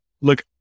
look